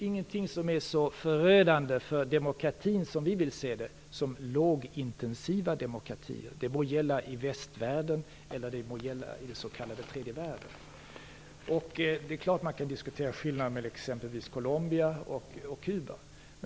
Ingenting är så förödande för demokratin, som vi ser det, som lågintensiva demokratier. Det må gälla i västvärlden eller i den s.k. tredje världen. Det är klart att kan man diskutera skillnader mellan exempelvis Colombia och Kuba.